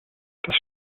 das